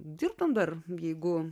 dirbtumei dar jeigu